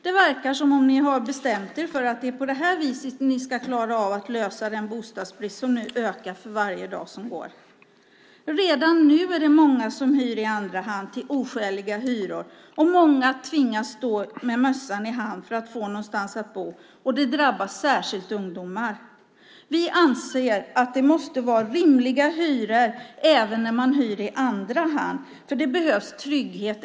Det verkar som om de bestämt sig för att det är så de ska lösa den bostadsbrist som blir större för varje dag som går. Redan nu hyr många i andra hand till oskäliga hyror, och många tvingas stå med mössan i hand för att få någonstans att bo. Det drabbar särskilt ungdomar. Vi anser att det måste vara rimliga hyror även när man hyr i andra hand.